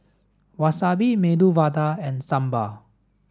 Wasabi Medu Vada and Sambar